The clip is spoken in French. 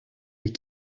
les